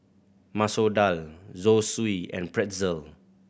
Masoor Dal Zosui and Pretzel